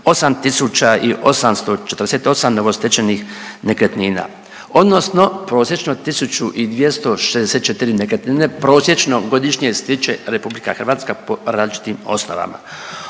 8.848 novostečenih nekretnina odnosno prosječno 1.264 nekretnine prosječno godišnje stiče RH po različitim osnovama.